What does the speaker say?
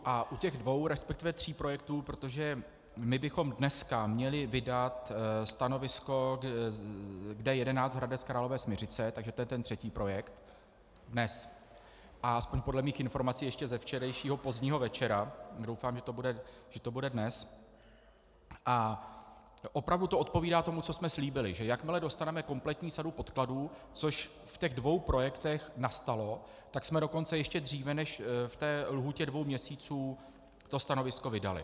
A u těch dvou, resp. tří, projektů, protože my bychom dneska měli vydat stanovisko k D11 Hradec Králové Smiřice, takže to je ten třetí projekt, dnes, alespoň podle mých informací ještě ze včerejšího pozdního večera, doufám, že to bude dnes, a opravdu to odpovídá tomu, co jsme slíbili, že jakmile dostaneme kompletní sadu podkladů, což v těch dvou projektech nastalo, tak jsme dokonce ještě dříve než v té lhůtě dvou měsíců to stanovisko vydali.